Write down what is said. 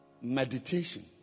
Meditation